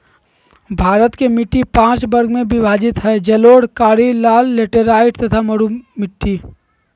भारत के मिट्टी पांच वर्ग में विभाजित हई जलोढ़, काली, लाल, लेटेराइट तथा मरू मिट्टी